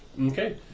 Okay